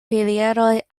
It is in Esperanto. pilieroj